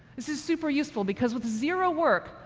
this is super useful, because, with zero work,